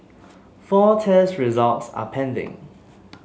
four test results are pending